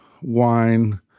wine